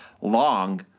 long